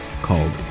called